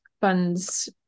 funds